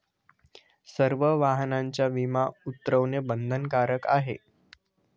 सर्व वाहनांचा विमा उतरवणे बंधनकारक आहे